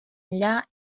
enllà